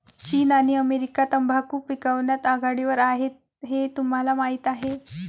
चीन आणि अमेरिका तंबाखू पिकवण्यात आघाडीवर आहेत हे तुम्हाला माहीत आहे